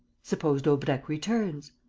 suppose daubrecq returns?